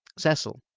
cecil,